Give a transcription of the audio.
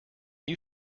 you